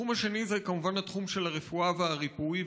התחום השני זה כמובן התחום של הרפואה והריפוי,